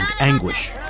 anguish